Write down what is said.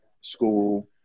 school